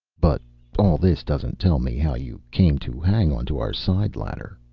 but all this doesn't tell me how you came to hang on to our side ladder,